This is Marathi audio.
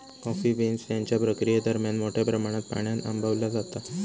कॉफी बीन्स त्यांच्या प्रक्रियेदरम्यान मोठ्या प्रमाणात पाण्यान आंबवला जाता